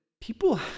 People